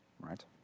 right